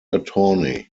attorney